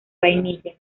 vainilla